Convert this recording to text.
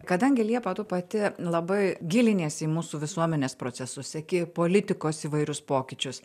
kadangi liepa tu pati labai giliniesi į mūsų visuomenės procesus seki politikos įvairius pokyčius